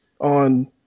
on